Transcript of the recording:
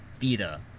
Vita